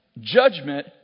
Judgment